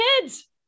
kids